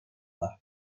var